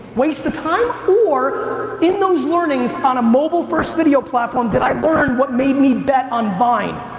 waste of time? or, in those learnings on a mobile first video platform did i learn what made me bet on vine?